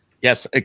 Yes